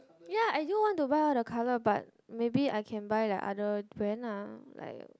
yea I do want to buy the colour but maybe I can buy the other brand lah like